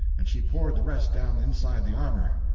and she poured the rest down inside the armor.